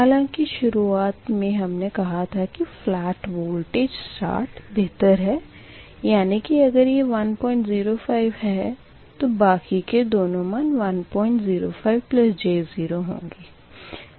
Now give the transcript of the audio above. हालाँकि शुरुआत में हमने कहा था के फ़्लेट वोल्टेज स्टार्ट बेहतर है यानी कि अगर ये 105 है तो बाकी के दोनो मान 105 j 0 होंगे